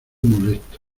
molesto